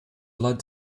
lead